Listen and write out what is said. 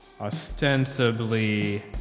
ostensibly